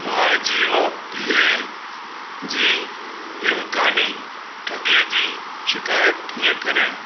मां जीओ पे जी इम्कानी ठॻीअ जी शिकाइतु कीअं करियां